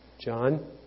John